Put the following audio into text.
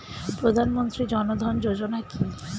প্রধানমন্ত্রী জনধন যোজনা কি?